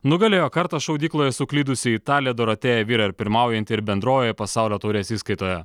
nugalėjo kartą šaudykloje suklydusi italė dorotėja virer ir pirmaujanti ir bendrojoje pasaulio taurės įskaitoje